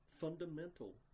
fundamental